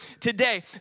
today